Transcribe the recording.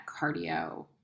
cardio